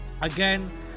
again